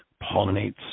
Pollinates